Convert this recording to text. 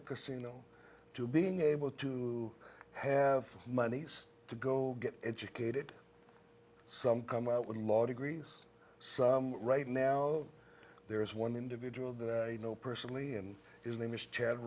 a casino to being able to have monies to go get educated some come out with law degrees right now there is one individual that you know personally and is name is chad